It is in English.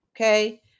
Okay